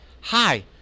hi